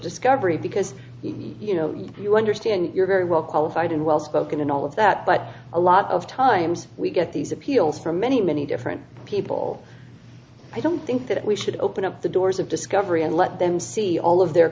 discovery because you know you understand you're very well qualified and well spoken and all of that but a lot of times we get these appeals from many many different people i don't think that we should open up the doors of discovery and let them see all of their